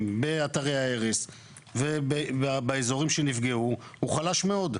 באתרי ההרס ובאזורים שנפגעו הוא חלש מאוד.